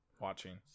watching